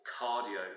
cardio